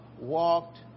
walked